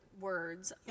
words